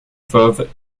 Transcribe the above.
fauve